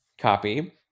Copy